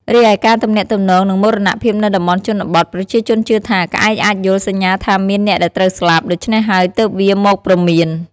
រីឯការទាក់ទងនឹងមរណភាពនៅតំបន់ជនបទ ប្រជាជនជឿថា ក្អែកអាចយល់សញ្ញាថាមានអ្នកដែលត្រូវស្លាប់ ដូច្នេះហើយទើបវាមកព្រមាន។